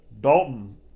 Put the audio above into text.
Dalton